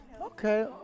Okay